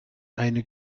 eine